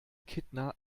kittner